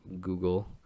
Google